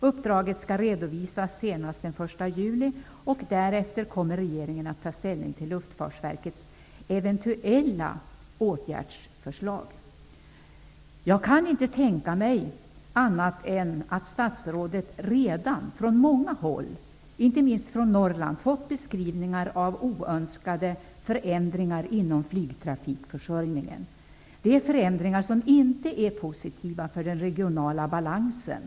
Uppdraget skall redovisas senast den 1 juli, och därefter kommer regeringen att ta ställning till Luftfartsverkets eventuella åtgärdsförslag. Jag kan inte tänka mig annat än att statsrådet redan från många håll, inte minst från Norrland, har fått beskrivningar av oönskade förändringar inom flygtrafikförsörjningen. Det är förändringar som inte är positiva för den regionala balansen.